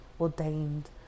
ordained